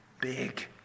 big